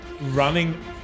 running